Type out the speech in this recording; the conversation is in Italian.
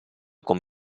con